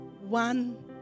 one